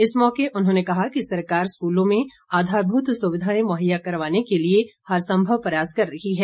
इस मौके उन्होंने कहा कि सरकार स्कूलों में आधारभूत सुविधाएं मुहैया करवाने के लिए हर संभव प्रयास कर रही है